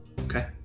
Okay